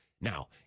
Now